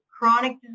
chronic